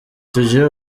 tugiye